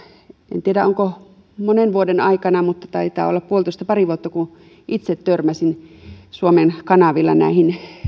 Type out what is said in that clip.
en tiedä onko näitä ollut monen vuoden aikana mutta taitaa olla puolitoista pari vuotta kun itse törmäsin suomen kanavilla näihin